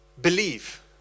believe